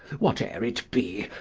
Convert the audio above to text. what ere it be,